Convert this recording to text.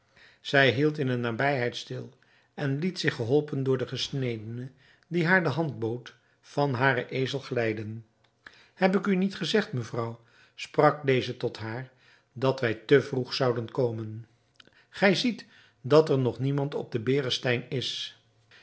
zij hield in de nabijheid stil en liet zich geholpen door den gesnedene die haar de hand bood van haren ezel glijden heb ik u niet gezegd mevrouw sprak deze tot haar dat wij te vroeg zouden komen gij ziet dat er nog niemand op den berestein is